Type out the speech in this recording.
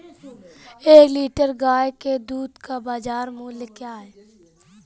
एक लीटर गाय के दूध का बाज़ार मूल्य क्या है?